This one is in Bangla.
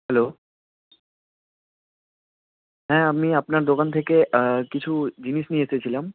হ্যালো হ্যাঁ আমি আপনার দোকান থেকে কিছু জিনিস নিয়ে এসেছিলাম